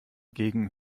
gegen